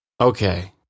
Okay